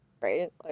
Right